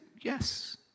yes